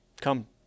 come